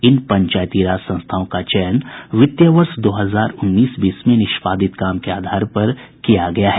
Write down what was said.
इन पंचायती राज संस्थाओं का चयन वित्तीय वर्ष दो हजार उन्नीस बीस में निष्पादित काम के आधार पर किया गया है